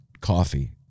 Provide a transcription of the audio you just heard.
coffee